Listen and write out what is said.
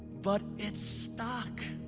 but it's stuck.